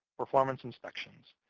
performance inspections,